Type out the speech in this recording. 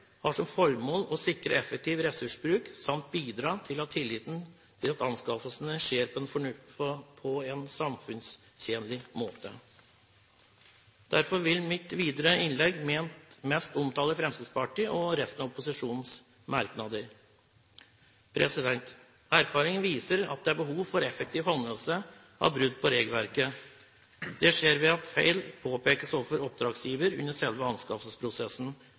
har som formål å sikre effektiv ressursbruk samt bidra til at tilliten til at anskaffelsene skjer på en samfunnstjenlig måte. Derfor vil mitt videre innlegg mest omtale Fremskrittspartiets og resten av opposisjonens merknader. Erfaring viser at det er behov for effektiv håndhevelse av brudd på regelverket. Det skjer ved at feil påpekes overfor oppdragsgiver under selve anskaffelsesprosessen,